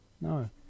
No